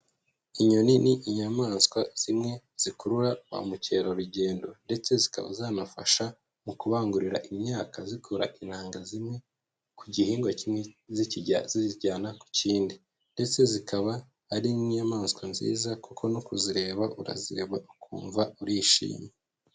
Inyoni ni inyamaswa zimwe zikurura ba mukerarugendo ndetse zikaba zanafasha mu kubangurira imyaka zikura inanga zimwe ku gihingwa kimwe zizijyana ku kindi, ndetse zikaba ari n'inyamaswa nziza kuko no kuzireba, urazireba ukumva urishimye.